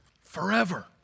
forever